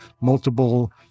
multiple